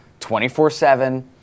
24-7